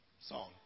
Song